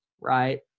right